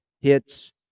hits